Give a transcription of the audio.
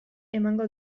emango